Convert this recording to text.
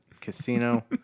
casino